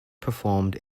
performed